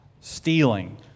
stealing